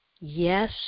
Yes